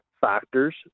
factors